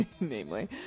namely